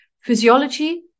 physiology